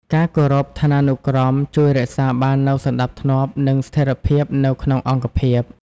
ការគោរពឋានានុក្រមជួយរក្សាបាននូវសណ្តាប់ធ្នាប់ និងស្ថិរភាពនៅក្នុងអង្គភាព។